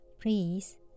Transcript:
please